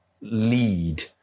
lead